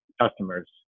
Customers